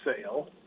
sale